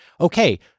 okay